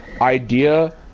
idea